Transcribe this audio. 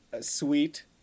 sweet